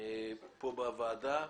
פה בוועדה,